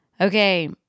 Okay